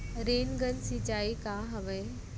Rain gun सिंचाई का हवय?